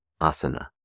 asana